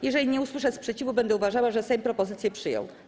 Jeżeli nie usłyszę sprzeciwu, będę uważała, że Sejm propozycje przyjął.